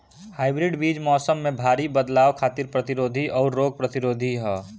hybrid बीज मौसम में भारी बदलाव खातिर प्रतिरोधी आउर रोग प्रतिरोधी ह